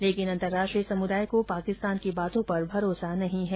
लेकिन अंतर्राष्ट्रीय समुदाय को पार्किस्तान की बातों पर भरोसा नहीं हैं